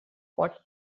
hot